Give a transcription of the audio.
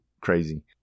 crazy